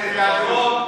משפט עברי.